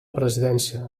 presidència